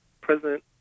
President